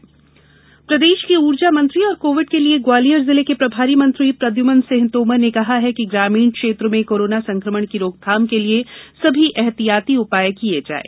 corona रोकथाम प्रदेश के ऊर्जा मंत्री एवं कोविड के लिये ग्लवालियर जिले के प्रभारी मंत्री प्रद्युम्न सिंह तोमर ने कहा है कि ग्रामीण क्षेत्र में कोरोना संक्रमण की रोकथाम के लिये सभी एहतियाती उपाय किए जाएँ